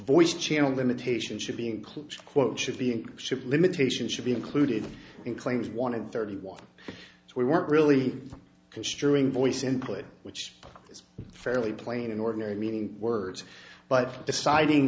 voice channel limitation should be included quote should be except limitation should be included in claims wanted thirty one so we weren't really considering voice input which is fairly plain in ordinary meaning words but deciding